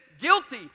guilty